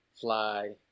Fly